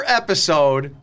episode